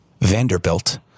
Vanderbilt